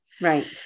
right